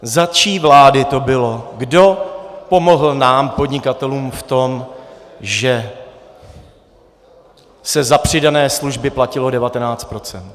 Za čí vlády to bylo, kdo pomohl nám podnikatelům v tom, že se za přidané služby platilo 19 %?